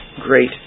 great